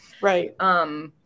Right